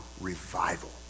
revival